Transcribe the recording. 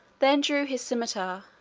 then drew his cimeter,